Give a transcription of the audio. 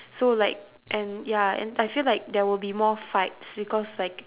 so like and ya and I feel like there will be more fights because like